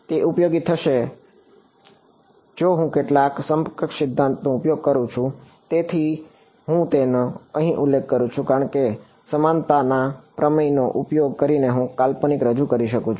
તે ઉપયોગી થઈ શકે છે જો હું કેટલાક સમકક્ષ સિદ્ધાંતોનો ઉપયોગ કરું છું તેથી જ હું તેનો અહીં ઉલ્લેખ કરું છું કારણ કે સમાનતા પ્રમેયનો ઉપયોગ કરીને હું કાલ્પનિકને રજૂ કરી શકું છું